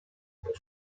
pour